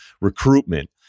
recruitment